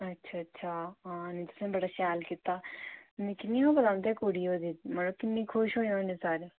अच्छा अच्छा तां तुसें बड़ा शैल कीता मिगी निं पता ऐ उं'दे कुड़ी होई दी किन्नै खुश होए होने सारे